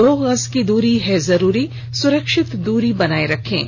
दो गज की दूरी है जरूरी सुरक्षित दूरी बनाए रखें